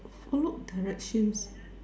orh look directions